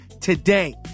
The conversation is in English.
today